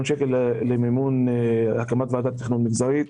שקלים למימון הקמת ועדת תכנון מגזרית.